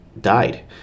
died